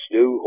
new